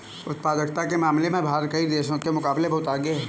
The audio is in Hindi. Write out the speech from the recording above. उत्पादकता के मामले में भारत कई देशों के मुकाबले बहुत आगे है